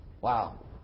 Wow